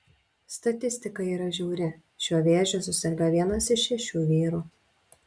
statistika yra žiauri šiuo vėžiu suserga vienas iš šešių vyrų